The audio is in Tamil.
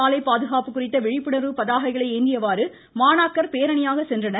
சாலை பாதுகாப்பு குறித்த விழிப்புணர்வு பதாகைகளை ஏந்தியவாறு மாணாக்கர் பேரணியாக சென்றனர்